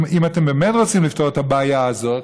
אם אתם באמת רוצים לפתור את הבעיה הזאת,